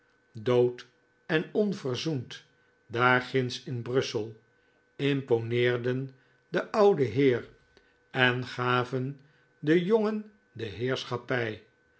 dood en onverzoend daar ginds in brussel imponeerden den ouden heer en gaven den jongen de heerschappij